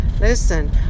listen